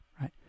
Right